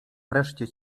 wreszcie